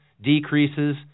decreases